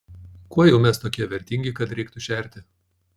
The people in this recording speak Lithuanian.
kuo jau mes tokie vertingi kad reiktų šerti